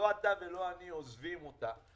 לא אתה ולא אני עוזבים אותה.